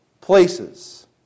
places